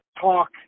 talk